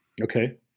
Okay